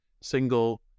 single